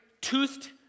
toothed